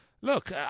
look